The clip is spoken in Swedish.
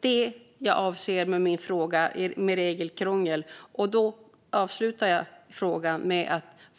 detta jag avser när jag talar om regelkrångel i min fråga.